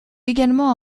également